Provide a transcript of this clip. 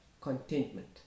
contentment